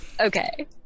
Okay